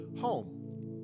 home